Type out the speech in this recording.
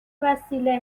وسیله